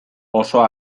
oso